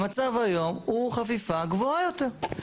המצב היום הוא חפיפה גבוהה יותר.